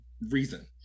reason